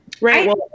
Right